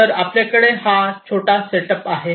तर आपल्याकडे हा छोटा सेटअप आहे